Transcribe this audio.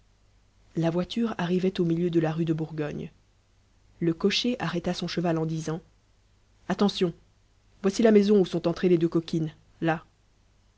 la voiture arrivait au milieu de la rue de bourgogne le cocher arrêta son cheval en disant attention voici la maison où sont entrées les deux coquines là